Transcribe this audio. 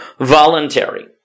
voluntary